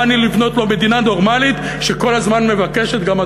באנו לבנות לו מדינה נורמלית שכל הזמן מבקשת גם,